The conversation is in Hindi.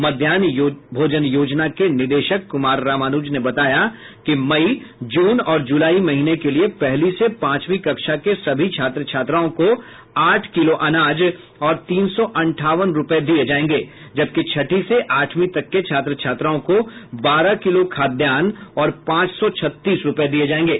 मध्याहन भोजन योजना के निदेशक कुमार रामानुज ने बताया कि मई जून और जुलाई महीने के लिए पहली से पांचवीं कक्षा के सभी छात्र छात्राओं को आठ किलो अनाज और तीन सौ अंठावन रूपये दिये जायेंगे जबकि छठी से आठवीं तक के छात्र छात्राओं को बारह किलो खाद्यान्न और पांच सौ छत्तीस रूपये दिये जायेंगे